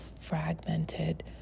fragmented